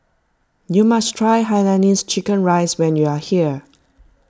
you must try Hainanese Chicken Rice when you are here